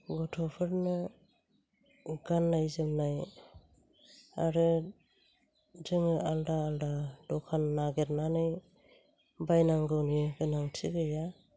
गथ'फोरनो गाननाय जोमनाय आरो जोङो आलादा आलादा दखान नागिरनानै बायनांगौनि गोनांथि गैया